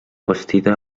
bastida